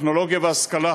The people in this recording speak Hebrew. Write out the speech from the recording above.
טכנולוגיה והשכלה,